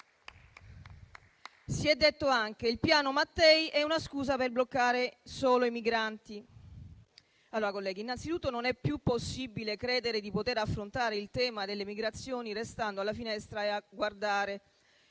Si è detto anche che il Piano Mattei è una scusa per bloccare solo i migranti. Colleghi, innanzitutto non è più possibile credere di poter affrontare il tema delle migrazioni restando alla finestra, a guardare